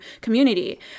community